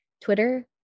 Twitter